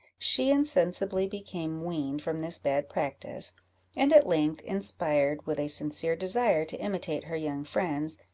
she insensibly became weaned from this bad practice and at length, inspired with a sincere desire to imitate her young friends,